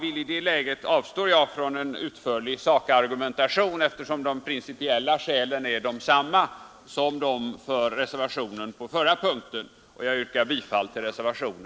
I det läget avstår jag från Onsdagen den en utförlig sakargumentation, eftersom de principiella skälen är desamma 7 mars 1973 som de för reservationerna i det förra ärendet. Herr talman! Jag yrkar bifall till reservationen.